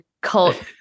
cult